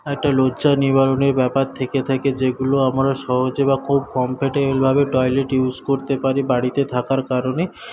একটা লজ্জা নিবারণের ব্যাপার থেকে থাকে যেগুলো আমরা সহজে বা খুব কমফোর্টেবলভাবে টয়লেট ইউস করতে পারি বাড়িতে থাকার কারণে